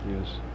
Yes